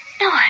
No